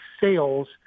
sales